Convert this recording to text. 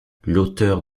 l’auteur